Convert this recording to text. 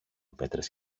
πέτρες